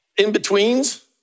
in-betweens